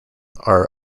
are